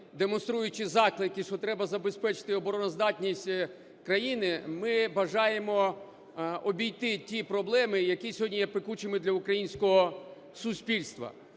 демонструючи заклики, що треба забезпечити обороноздатність країни, ми бажаємо обійти ті проблеми, які сьогодні є пекучими для українського суспільства.